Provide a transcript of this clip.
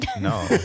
No